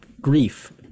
grief